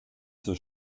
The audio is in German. zur